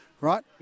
right